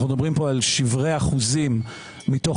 אנחנו מדברים כאן שברי אחוזים מתוך